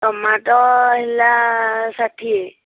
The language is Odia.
ଟମାଟୋ ହେଲା ଷାଠିଏ